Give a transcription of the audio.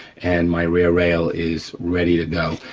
and my rear rail is ready to go,